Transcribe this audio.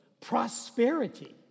prosperity